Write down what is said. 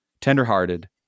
tenderhearted